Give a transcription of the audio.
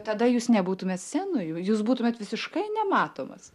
tada jūs nebūtumėt scenoj jū jūs būtumėt visiškai nematomas